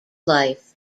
life